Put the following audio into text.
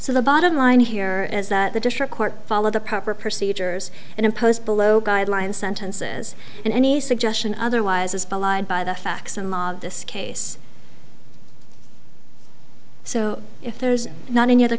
so the bottom line here is that the district court followed the proper procedures and imposed below guidelines sentences and any suggestion otherwise is belied by the facts and this case so there's not any other